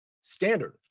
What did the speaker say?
Standard